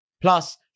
Plus